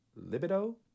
libido